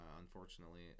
Unfortunately